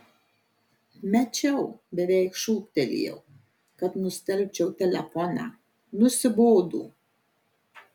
mečiau beveik šūktelėjau kad nustelbčiau telefoną nusibodo